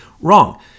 Wrong